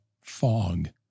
fog